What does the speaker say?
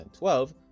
2012